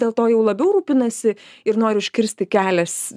dėl to jau labiau rūpinasi ir nori užkirsti kelias